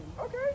Okay